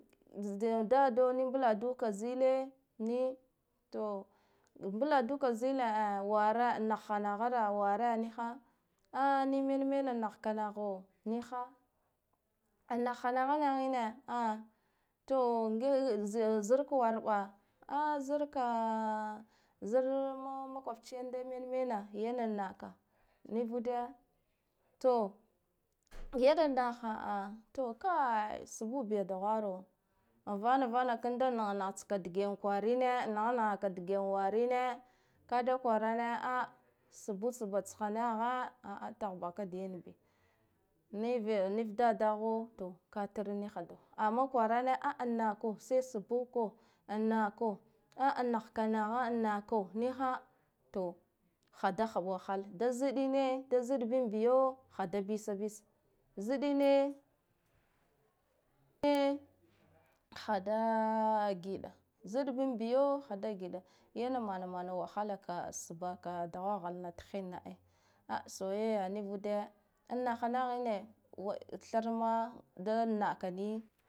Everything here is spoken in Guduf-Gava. Za dado da mbladuka ziye ni to mbladu ka zile a ware a nahna naha ra ware niha a ni men mena mahka naho niha a nahha naha nahine a to ngai zirka warɓa zirka zir makobchi yanda men mena yana naka nivude to yana naliha a, to kai subu biya duhaa ro avana vana kanda nah nah tska dage kwarine nahanahaka dage warine kada kwarane sabbu sabba tsha nahe a'a tahbaka da yan bi, nive nav da daho to ka triɗ niha amma kwarane a'a nako, sai sabbu ko an nako a an nahka naha an nako to hada hab wahal da ziɗine da ziɗ bin biyo hada bisa bisa ziɗine a hadaa giɗa, ziɗ bin biyo hada giɗa yana mana mana wahala ka sbbaka duhwa hwalna thinna a'a soyayya, nivude an nahha naha hine wa tharna danakani.